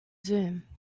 zoom